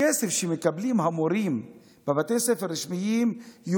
הכסף שמקבלים המורים בבתי ספר רשמיים הוא